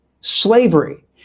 slavery